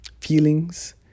Feelings